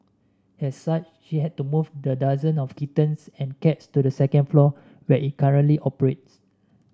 as such she had to move the dozen of kittens and cats to the second floor where it currently operates